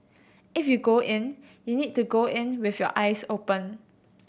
if you go in you need to go in with your eyes open